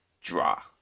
draw